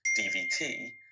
DVT